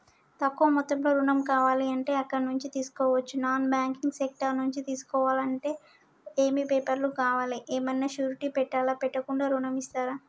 తక్కువ మొత్తంలో ఋణం కావాలి అంటే ఎక్కడి నుంచి తీసుకోవచ్చు? నాన్ బ్యాంకింగ్ సెక్టార్ నుంచి తీసుకోవాలంటే ఏమి పేపర్ లు కావాలి? ఏమన్నా షూరిటీ పెట్టాలా? పెట్టకుండా ఋణం ఇస్తరా?